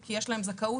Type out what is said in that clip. כי יש להם זכאות,